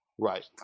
Right